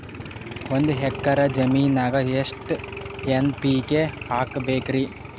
ಒಂದ್ ಎಕ್ಕರ ಜಮೀನಗ ಎಷ್ಟು ಎನ್.ಪಿ.ಕೆ ಹಾಕಬೇಕರಿ?